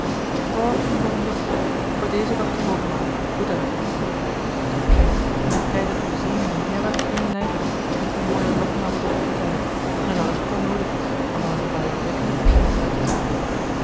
voor een dokter voor dezen dokter bovenal doet er dat niets toe daarbij in den tijd dat josine hem herwaarts heenleidt heb ik die mooie lokken al wat opgetuit en dat's alles wat er noodig is om er als eene belangwekkende patiënt uit te zien